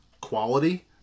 quality